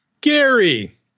Gary